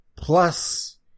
Plus